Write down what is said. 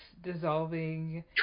dissolving